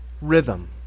rhythm